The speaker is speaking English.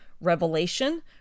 revelation